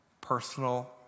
personal